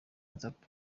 watsapp